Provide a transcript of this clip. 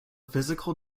physical